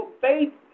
faith